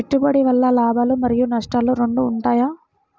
పెట్టుబడి వల్ల లాభాలు మరియు నష్టాలు రెండు ఉంటాయా?